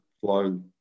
flow